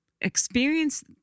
experience